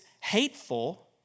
hateful